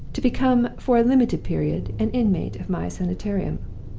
to become for limited period an inmate of my sanitarium.